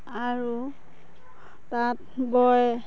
আৰু তাঁত বয়